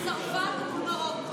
צרפת או מרוקו?